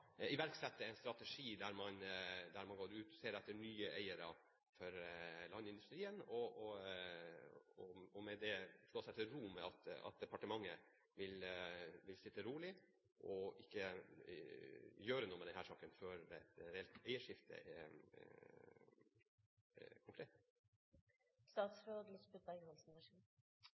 en strategi der man går ut og ser etter nye eiere for landindustrien, og med det slå seg til ro med at departementet vil sitte rolig og ikke gjøre noe med denne saken før et reelt eierskifte er konkret?